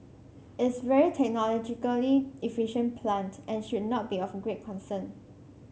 it's a very technologically efficient plant and should not be of great concern